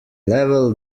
level